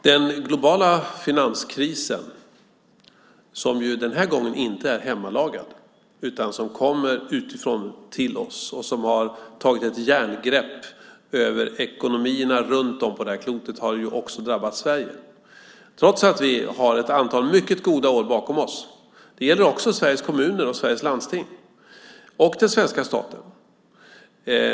Herr talman! Den globala finanskrisen är den här gången inte hemlagad. Den kommer utifrån och har tagit ett järngrepp över ekonomierna runt om på det här klotet och också drabbat Sverige, trots att vi har ett antal mycket goda år bakom oss. Det gäller också Sveriges kommuner och Sveriges landsting och den svenska staten.